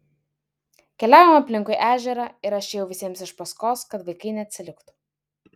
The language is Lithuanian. keliavome aplinkui ežerą ir aš ėjau visiems iš paskos kad vaikai neatsiliktų